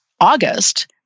August